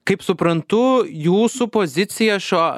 kaip suprantu jūsų pozicija šuo